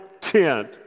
tent